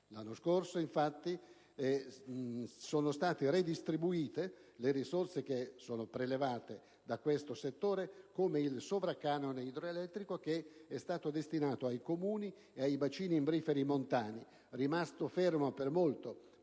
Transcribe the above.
L'anno scorso, infatti, sono state redistribuite le risorse prelevate da questo settore come sovracanone idroelettrico destinato ai Comuni e ai bacini imbriferi montani, rimasto fermo per molto, molto